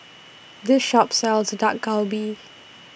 This Shop sells Dak Galbi